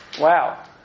Wow